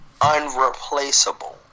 unreplaceable